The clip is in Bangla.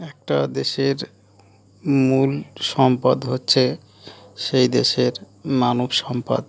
একটা দেশের মূল সম্পদ হচ্ছে সেই দেশের মানব সম্পদ